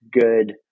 good